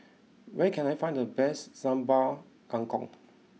where can I find the best Sambal Kangkong